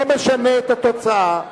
לא משנה את התוצאה.